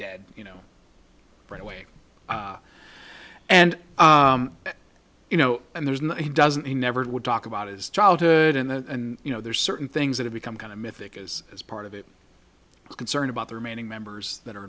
dead you know right away and you know and there's no he doesn't he never would talk about his childhood and then you know there's certain things that have become kind of mythic as as part of it is concerned about the remaining members that are